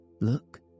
look